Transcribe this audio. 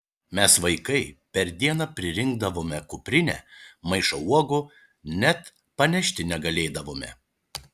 mes vaikai per dieną pririnkdavome kuprinę maišą uogų net panešti negalėdavome